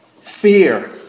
Fear